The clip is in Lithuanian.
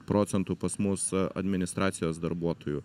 procentų pas mus administracijos darbuotojų